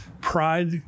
pride